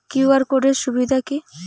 QR code এর সুবিধা কি?